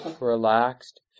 relaxed